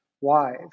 wives